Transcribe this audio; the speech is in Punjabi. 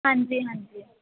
ਹਾਂਜੀ ਹਾਂਜੀ